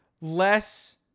less